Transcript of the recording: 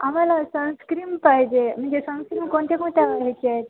आम्हाला सनस्क्रीम पाहिजे म्हणजे सनस्क्रीम कोणत्या कोणत्या ह्याचे आहेत